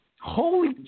Holy